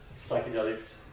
psychedelics